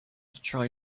try